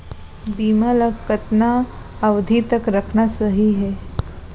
बीमा ल कतना अवधि तक रखना सही हे?